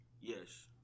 Yes